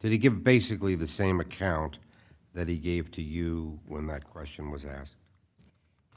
did he give basically the same account that he gave to you when that question was asked